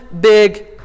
big